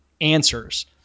answers